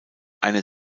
einer